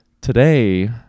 today